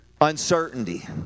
uncertainty